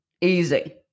Easy